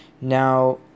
Now